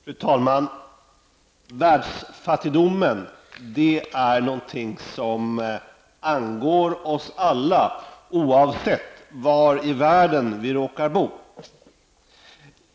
Fru talman! Världsfattigdommen är någonting som angår oss alla, oavsett var i världen vi råkar bo.